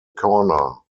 corner